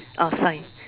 ah sign